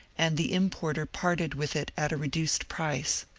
and the importer parted with it at a reduced price.